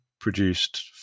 produced